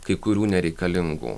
kai kurių nereikalingų